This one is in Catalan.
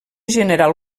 general